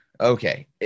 Okay